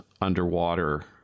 underwater